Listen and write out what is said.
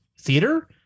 theater